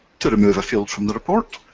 to remove a field from the report,